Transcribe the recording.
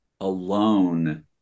alone